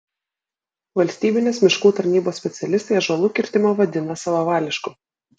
valstybinės miškų tarnybos specialistai ąžuolų kirtimą vadina savavališku